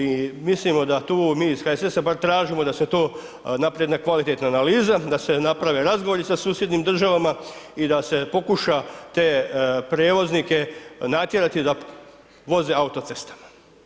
I mislimo da tu mi iz HSS-a bar tražimo da se to napravi jedna kvalitetna analiza, da se naprave razgovori sa susjednim državama i da se pokuša te prijevoznike natjerati da voze autocestama.